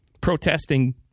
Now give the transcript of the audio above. protesting